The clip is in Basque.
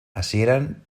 hasieran